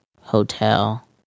hotel